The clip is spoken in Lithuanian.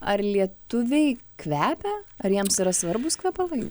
ar lietuviai kvepia ar jiems yra svarbūs kvepalai